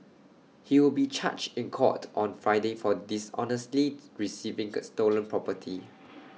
he will be charged in court on Friday for dishonestly receiving can stolen property